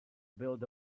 built